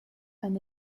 and